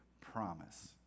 promise